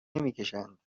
نمیکشند